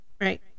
right